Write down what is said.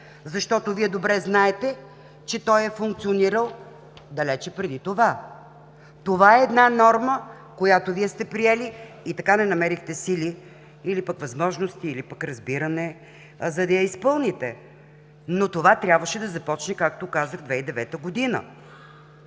Вие добре знаете, че той е функционирал далеч преди това. Това е норма, която Вие сте приели и така не намерихте сили или пък възможност, или пък разбиране, за да я изпълните, но това трябваше да започне, както казах 2009 г.